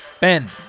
Ben